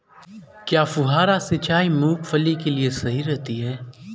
क्या फुहारा सिंचाई मूंगफली के लिए सही रहती है?